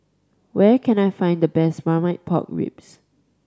where can I find the best Marmite Pork Ribs